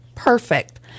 Perfect